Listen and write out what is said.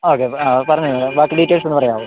ആ ഓക്കെ ആ പറഞ്ഞാൽ മതി ബാക്കി ഡീറ്റൈൽസ് ഒന്ന് പറയാവോ